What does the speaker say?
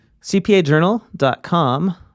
cpajournal.com